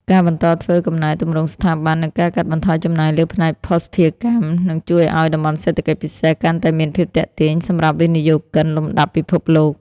ការបន្តធ្វើកំណែទម្រង់ស្ថាប័ន និងការកាត់បន្ថយចំណាយលើផ្នែកភស្តុភារកម្ម នឹងជួយឱ្យ តំបន់សេដ្ឋកិច្ចពិសេស កាន់តែមានភាពទាក់ទាញសម្រាប់វិនិយោគិនលំដាប់ពិភពលោក។